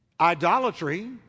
idolatry